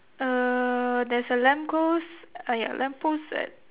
err there's a lamp post uh ya lamp post at